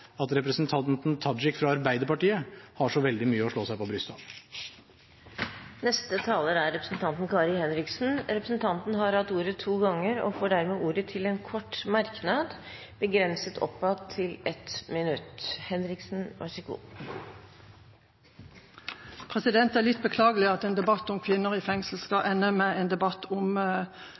at representanten Tajik fra Arbeiderpartiet har så veldig mye å slå seg på brystet av. Representanten Kari Henriksen har hatt ordet to ganger tidligere og får ordet til en kort merknad, begrenset til 1 minutt. Det er litt beklagelig at en debatt om kvinner i fengsel skal ende med en debatt om